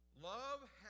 Love